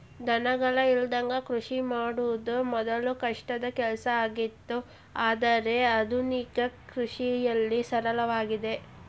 ದನಗಳ ಇಲ್ಲದಂಗ ಕೃಷಿ ಮಾಡುದ ಮೊದ್ಲು ಕಷ್ಟದ ಕೆಲಸ ಆಗಿತ್ತು ಆದ್ರೆ ಆದುನಿಕ ಕೃಷಿಯಲ್ಲಿ ಸರಳವಾಗಿದೆ